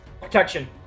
Protection